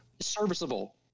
serviceable